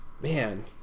Man